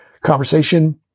conversation